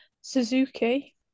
Suzuki